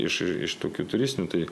iš iš tokių turistinių tai